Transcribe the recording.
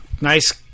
Nice